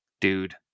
dude